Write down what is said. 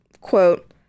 quote